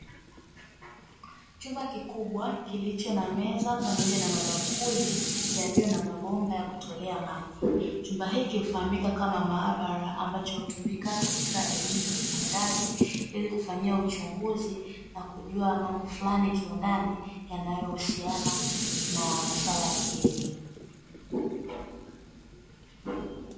Chumba kikubwa kilicho na meza pamoja na mabakuli yaliyo na mabomba ya kutolea maji. Chumba hiki hufamika kama maabara ambacho hutumika katika elimu za sekondari ilikufanyia uchunguzi nakujua mambo fulani kiundani yanayohusiana na maswala ya kielimu.